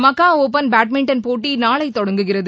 மகாஹ் open badminton போட்டி நாளை தொடங்குகிறது